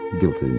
guilty